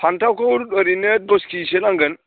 फानथावखौ ओरैनो दस खेजिसो नांगोन